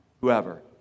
Whoever